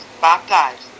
baptized